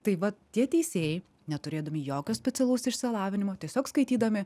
tai vat tie teisėjai neturėdami jokio specialaus išsilavinimo tiesiog skaitydami